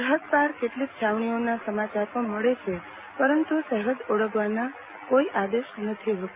સરહદ પાર કેટલીક છાવણીઓના સમાચાર મળે છે પરંતુ સરહદ ઓળંગવાના કોઇ આદેશ નથી હોતા